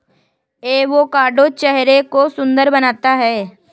avocado चेहरे को सुंदर बनाता है